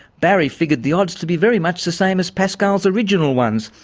barry figured the odds to be very much the same as pascal's original ones,